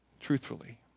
truthfully